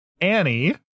Annie